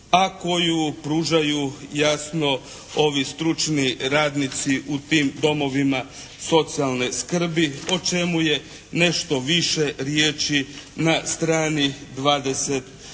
a koju pružaju jasno ovi stručni radnici u tim domovima socijalne skrbi o čemu je nešto više riječi na strani 22.